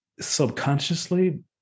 subconsciously